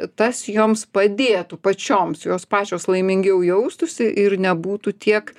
tas joms padėtų pačioms jos pačios laimingiau jaustųsi ir nebūtų tiek